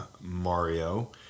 Mario